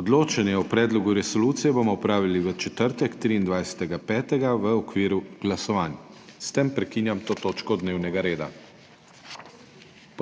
Odločanje o predlogu resolucije bomo opravili v četrtek, 23. 5., v okviru glasovanj. S tem prekinjam to točko dnevnega reda.